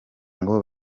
ngo